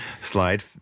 slide